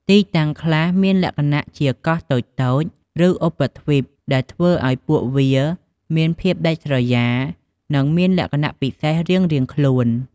ទីតាំងខ្លះមានលក្ខណៈជា កោះតូចៗ ឬឧបទ្វីប ដែលធ្វើឱ្យពួកវាមានភាពដាច់ស្រយាល និងមានលក្ខណៈពិសេសរៀងៗខ្លួន។